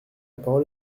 parole